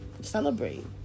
celebrate